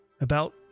About